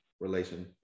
relation